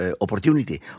opportunity